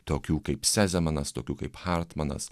tokių kaip sezemanas tokių kaip hartmanas